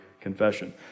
confession